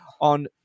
on